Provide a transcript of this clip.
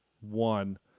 one